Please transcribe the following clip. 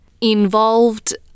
involved